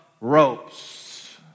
ropes